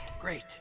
Great